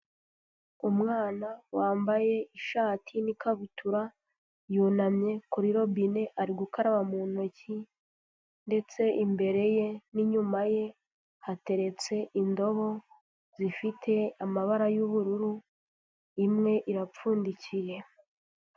Umwana wambaye ishati n'ikabutura, yunamye kuri robine, ari gukaraba mu ntoki ndetse imbere ye n'inyuma ye hateretse indobo zifite amabara y'ubururu, imwe irapfundikiye.